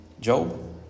Job